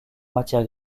matière